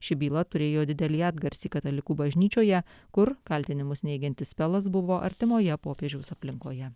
ši byla turėjo didelį atgarsį katalikų bažnyčioje kur kaltinimus neigiantis pelas buvo artimoje popiežiaus aplinkoje